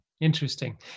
interesting